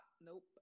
nope